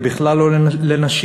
זה בכלל לא לנשים,